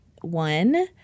one